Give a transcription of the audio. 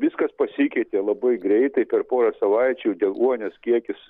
viskas pasikeitė labai greitai per porą savaičių deguonies kiekis